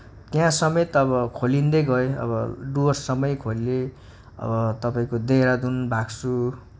त्यहाँ समेत अब खोलिदै गयो अब डुवर्ससम्मै खोलियो अब तपाईँको देहरादून भाग्सु